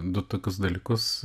du tokius dalykus